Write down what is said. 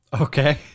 Okay